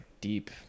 deep